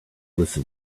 listen